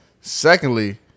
Secondly